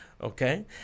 okay